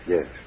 Yes